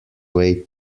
way